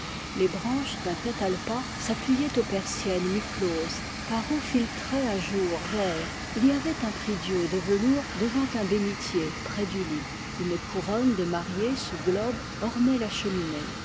les branches d'un catalpa s'appuyaient aux persiennes mi closes par où filtrait un jour vert il y avait un prie-dieu de velours devant un bénitier près du lit une couronne de mariée sous globe ornait la cheminée